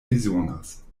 bezonas